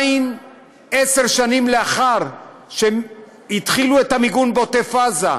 עשר שנים לאחר שהתחילו את המיגון בעוטף עזה,